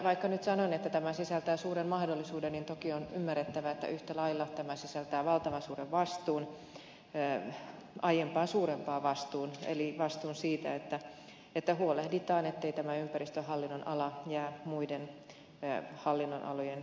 vaikka nyt sanon että tämä sisältää suuren mahdollisuuden niin toki on ymmärrettävä että yhtä lailla tämä sisältää valtavan suuren vastuun aiempaa suuremman vastuun eli vastuun siitä että huolehditaan ettei tämä ympäristöhallinnon ala jää muiden hallinnonalojen jalkoihin